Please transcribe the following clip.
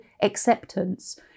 acceptance